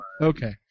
Okay